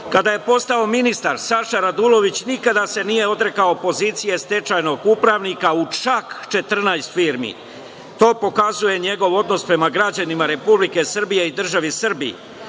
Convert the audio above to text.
je postao ministar, Saša Radulović se nikada nije odrekao pozicije stečajnog upravnika u čak 14 firmi. To pokazuje njegov odnos prema građanima Republike Srbije i državi Srbiji.